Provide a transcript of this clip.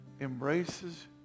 embraces